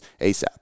ASAP